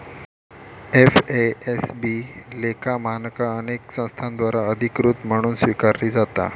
FASB लेखा मानका अनेक संस्थांद्वारा अधिकृत म्हणून स्वीकारली जाता